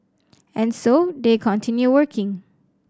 and so they continue working